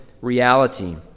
reality